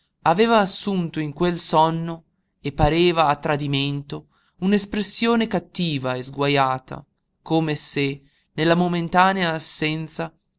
aveva assunto in quel sonno e pareva a tradimento un'espressione cattiva e sguajata come se nella momentanea assenza